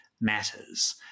matters